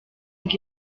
ngo